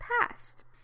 past